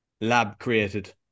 lab-created